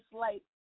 light